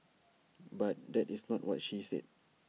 but that is not what she said